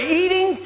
eating